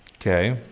Okay